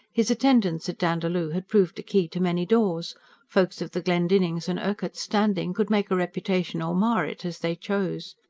his attendance at dandaloo had proved a key to many doors folk of the glendinnings' and urquharts' standing could make a reputation or mar it as they chose.